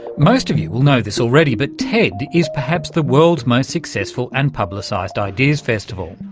most of you will know this already, but ted is perhaps the world's most successful and publicised ideas festival.